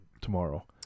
tomorrow